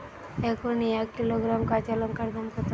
এখন এক কিলোগ্রাম কাঁচা লঙ্কার দাম কত?